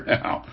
now